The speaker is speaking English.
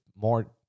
more